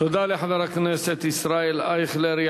תודה לחבר הכנסת ישראל אייכלר.